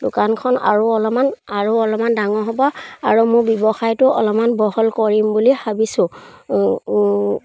দোকানখন আৰু অলপমান আৰু অলপমান ডাঙৰ হ'ব আৰু মোৰ ব্যৱসায়টো অলপমান বহল কৰিম বুলি ভাবিছোঁ